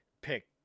pick